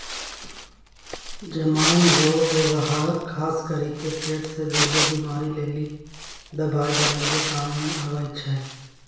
जमाइन रो वेवहार खास करी के पेट से जुड़लो बीमारी लेली दवाइ बनाबै काम मे आबै छै